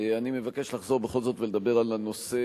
אני מבקש לחזור בכל זאת ולדבר על הנושא